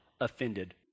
offended